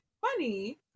funny